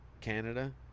Canada